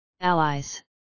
Allies